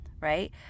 right